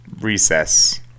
recess